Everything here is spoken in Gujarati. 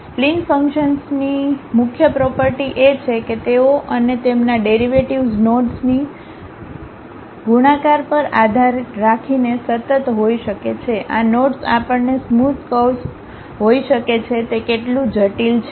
સ્પ્લિન ફંક્શન્સની મુખ્ય પ્રોપર્ટી એ છે કે તેઓ અને તેમના ડેરિવેટિવ્ઝ નોડસની ગુણાકાર પર આધાર રાખીને સતત હોઈ શકે છે આ નોડસ આપણને સ્મોધ કર્વ્સ હોઈ શકે છે તે કેટલું જટિલ છે